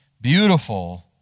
beautiful